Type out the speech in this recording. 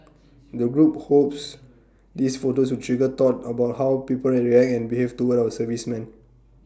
the group hopes these photos will trigger thought about how people react and behave toward our servicemen